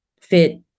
fit